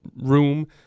room